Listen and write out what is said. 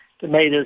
tomatoes